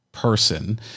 person